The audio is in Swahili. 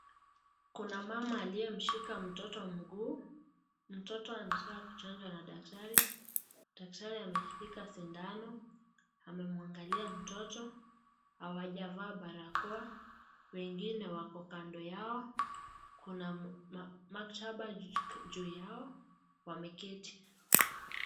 Kuna mama aliye mshika mtoto mguu, mtoto anataka kuchanjwa na daktari, daktari ameshika sindano, amemwangalia mtoto, hawaja vaa barakoa, wengine wako kando yao, kuna maktaba juu yao, wameketi.